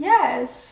Yes